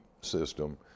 system